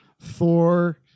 Thor